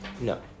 No